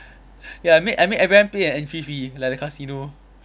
ya I make I make everyone pay an entry fee like the casino